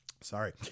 Sorry